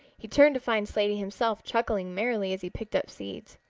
he turned to find slaty himself chuckling merrily as he picked up seeds.